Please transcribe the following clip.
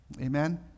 Amen